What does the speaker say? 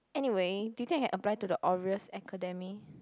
anyway do you think I can apply to the Orioles Academy